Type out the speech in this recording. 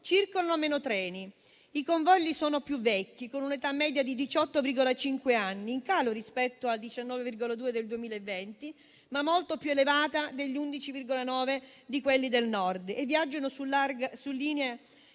circolano meno treni, con convogli più vecchi - con un'età media di 18,5 anni, in calo rispetto ai 19,2 del 2020, ma molto più elevata degli 11,9 anni dei treni del Nord - che viaggiano su linee